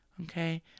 Okay